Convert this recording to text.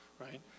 right